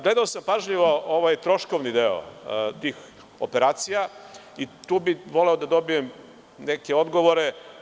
Gledao sam pažljivo ovaj troškovni deo tih operacija, tu bih voleo da dobijem neke odgovore.